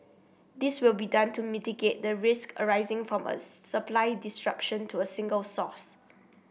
this will be done to mitigate the risks arising from a supply disruption to a single source